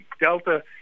Delta